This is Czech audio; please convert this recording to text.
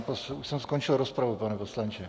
Už jsem skončil rozpravu, pane poslanče.